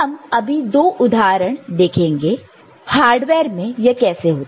हम अभी दो उदाहरण देखेंगे के हार्डवेयर में यह कैसे होता है